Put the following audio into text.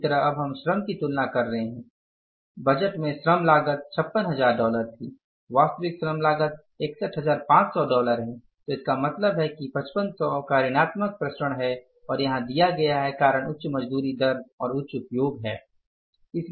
इसी तरह अब हम श्रम की तुलना कर रहे हैं बजट में श्रम लागत 56000 डॉलर थी वास्तविक श्रम लागत 61500 डॉलर है तो इसका मतलब है कि 5500 का ऋणात्मक विचरण है और यहाँ दिया गया कारण उच्च मजदूरी दर और उच्च उपयोग है